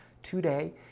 today